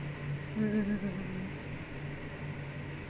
mm mm mm mm mm